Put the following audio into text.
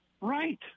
Right